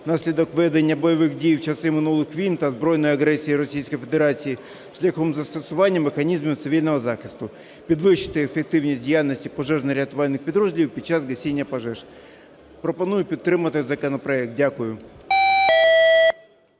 внаслідок введення бойових дій в часи минулих війн та збройної агресії Російської Федерації шляхом застосування механізмів цивільного захисту, підвищити ефективність діяльності пожежно-рятувальних підрозділів під час гасіння пожеж. Пропоную підтримати законопроект. Дякую.